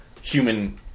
human